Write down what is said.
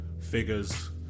figures